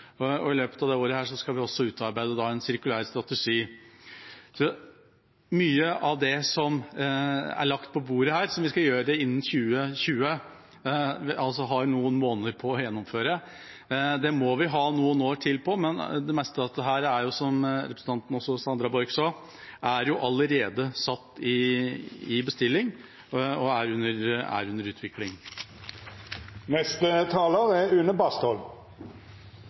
og i løpet av dette året skal vi også utarbeide en sirkulær strategi. Mye av det som er lagt på bordet her, som vi skal gjøre innen 2020 – vi har altså noen måneder på å gjennomføre det – må vi ha noen år til på, men det meste av dette er, som også representanten Sandra Borch sa, allerede i bestilling og under utvikling. Norsk klimapolitikk er full av hårete mål og brutte løfter. Det har den vært lenge, og det er